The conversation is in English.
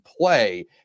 play